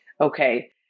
Okay